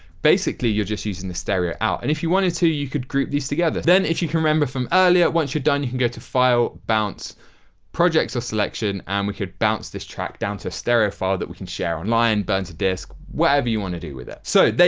basically you're just using the stereo out. and if you wanted to you could group these together. then if you can remember from earlier once you're done you can get to file bounce projects or selection, and we could bounce this track down to stereo file that we can share online, burn to disc whatever you want to do with it. so, there